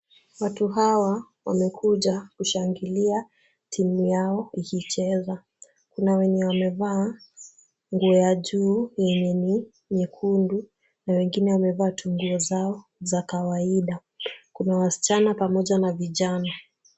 Watu hawa wamekuja kushangilia timu yao ikicheza. Kuna wenye wamevaa nguo ya juu yenye ni nyekundu na wengine wamevaa tu nguo zao za kawaida. Kuna wasichana pamoja na vijana.